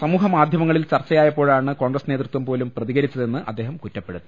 സാമൂഹൃമാധൃമങ്ങളിൽ ചർച്ചയായപ്പോഴാണ് കോൺഗ്രസ് നേതൃത്വം പോലും പ്രതികരിച്ചതെന്ന് അദ്ദേഹം കുറ്റപ്പെടുത്തി